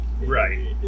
Right